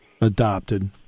adopted